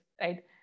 right